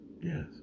yes